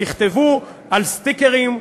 תכתבו על סטיקרים,